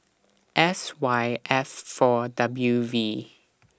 S Y F four W V